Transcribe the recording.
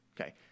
Okay